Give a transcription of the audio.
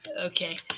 Okay